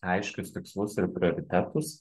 aiškius tikslus ir prioritetus